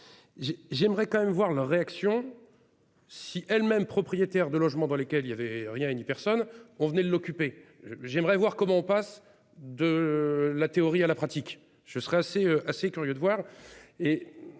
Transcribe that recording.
j'aimerais quand même voir leur réaction. Si elle-même propriétaires de logements dans lesquels il y avait rien ni personne. On venait de l'occuper. J'aimerais voir comment on passe de la théorie à la pratique. Je serais assez assez curieux de voir